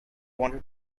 wanted